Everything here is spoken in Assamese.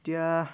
এতিয়া